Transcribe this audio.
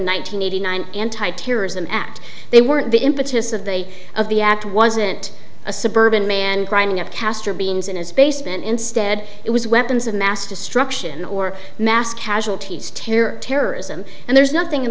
hundred eighty nine anti terrorism act they weren't the impetus of the day of the act wasn't a suburban man driving a castor beans in his basement instead it was weapons of mass destruction or mass casualties terror terrorism and there's nothing in